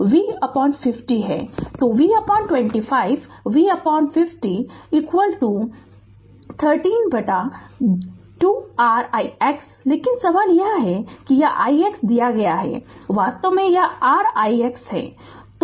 तो V 25 V 50 1 3 बटा 2 r ix लेकिन सवाल यह है कि यह ix दिया गया है वास्तव में यह r ix है